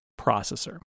processor